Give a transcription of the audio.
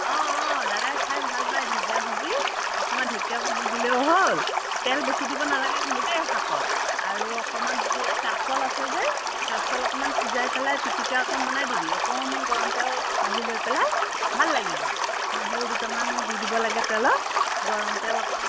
অ' অ' দাদাই খাই ভাল পায় ঢেকীয়া ভাজি অকণমান ঢেকীয়া ভাজি দিলেও হ'ল তেল বেছি দিব নালাগে কিন্তু দেই শাকত আৰু অকণমান এই হেৰি কাচকল আছে যে কাচকল অকণমান সিজাই পেলাই পিটিকা অকণ বনাই দিবি অকণমান গৰম তেল কাঢ়ি লৈ পেলাই ভাল লাগিব নহৰু দুটামান দি দিব লাগে তেলত গৰম তেল অকণ